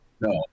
no